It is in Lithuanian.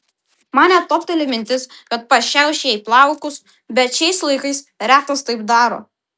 man net topteli mintis kad pašiauš jai plaukus bet šiais laikais retas taip daro